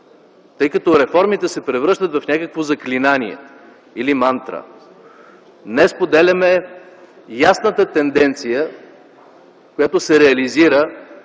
тъй като реформите се превръщат в някакво заклинание или мантра. Не споделяме ясната тенденция, която се реализира